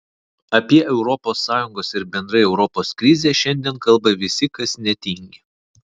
apie europos sąjungos ir bendrai europos krizę šiandien kalba visi kas netingi